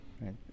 right